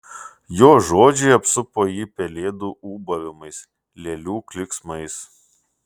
jos žodžiai apsupo jį pelėdų ūbavimais lėlių klyksmais